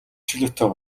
чөлөөтэй